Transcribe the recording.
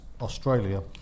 Australia